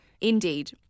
Indeed